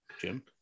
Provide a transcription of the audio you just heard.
Jim